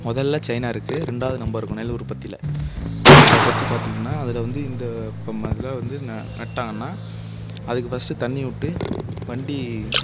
முதல்ல சைனா இருக்குது ரெண்டாவது நம்ப இருக்கோம் நெல் உற்பத்தியில் அதைப் பற்றி பார்த்திங்கன்னா அதில் வந்து இந்த இப்போ முதல்ல வந்து ந நட்டாங்கன்னால் அதுக்கு ஃபஸ்ட்டு தண்ணி விட்டு வண்டி